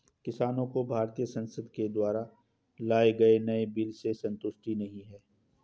किसानों को भारतीय संसद के द्वारा लाए गए नए बिल से संतुष्टि नहीं है